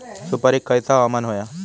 सुपरिक खयचा हवामान होया?